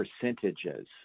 percentages